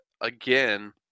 again